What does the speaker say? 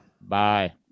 Bye